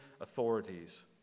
authorities